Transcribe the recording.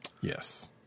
Yes